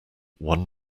one